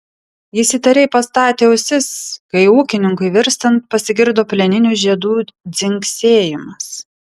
jis įtariai pastatė ausis kai ūkininkui virstant pasigirdo plieninių žiedų dzingsėjimas